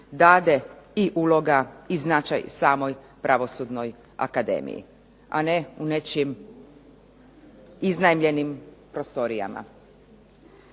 dade i uloga i značaj samoj pravosudnoj akademiji, a ne u nečijim iznajmljenim prostorijama.